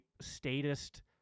statist